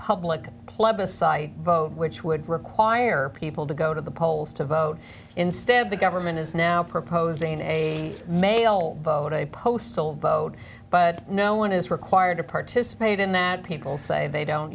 plebiscite vote which would require people to go to the polls to vote instead the government is now proposing a male vote a postal vote but no one is required to participate in that people say they don't